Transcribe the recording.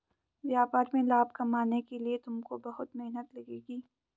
व्यापार में लाभ कमाने के लिए तुमको बहुत मेहनत लगेगी